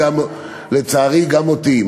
לצערי גם אותי.